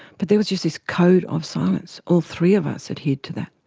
but there was just this code of silence. all three of us adhered to that.